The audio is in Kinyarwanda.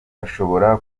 ashobora